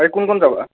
কোন কোন যাবা